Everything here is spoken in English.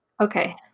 Okay